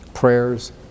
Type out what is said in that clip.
Prayers